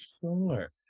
Sure